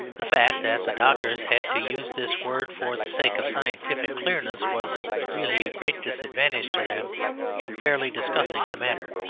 the fact that the doctors had to use this word for the sake of scientific clearness was really a great disadvantage to them in fairly discussing the matter.